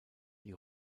die